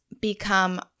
become